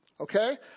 Okay